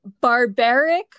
Barbaric